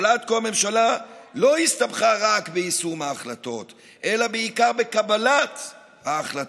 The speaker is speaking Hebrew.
אבל עד כה הממשלה הסתבכה לא רק ביישום ההחלטות אלא בעיקר בקבלת ההחלטות.